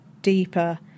deeper